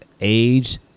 age